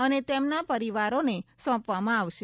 અને તેમના પરિવારોને સોંપવામાં આવશે